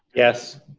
yes.